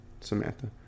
Samantha